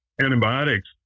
antibiotics